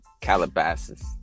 Calabasas